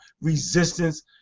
resistance